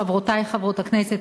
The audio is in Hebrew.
חברותי חברות הכנסת,